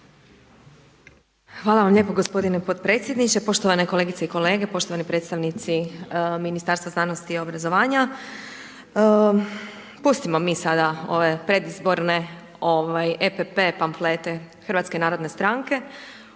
Hvala vam lijepo gospodine potpredsjedniče, poštovane kolegice i kolege, poštovani predstavnici Ministarstva znanosti i obrazovanja. Pustimo mi sada ove predizborne EPP pamflete HNS-a koja uporno